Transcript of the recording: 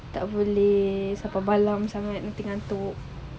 tak boleh sebab malam sangat nanti mengantuk